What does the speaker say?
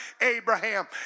Abraham